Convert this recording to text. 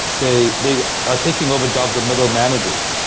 they they are taking over jobs of middle managers,